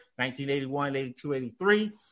1981-82-83